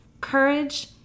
Courage